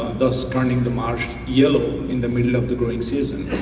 thus turning the marsh yellow in the middle of the green season.